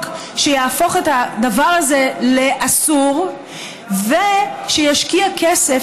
שיהפוך את הדבר הזה לאסור ושישקיע כסף,